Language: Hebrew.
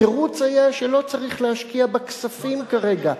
התירוץ היה שלא צריך להשקיע בה כספים כרגע.